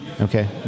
Okay